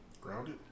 Grounded